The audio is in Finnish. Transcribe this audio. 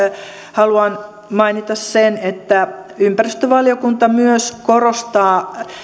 haluan mainita sen että ympäristövaliokunta myös korostaa